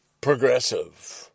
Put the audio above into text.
progressive